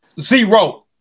Zero